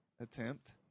attempt